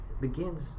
begins